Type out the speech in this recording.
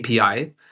api